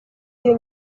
iyo